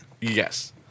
Yes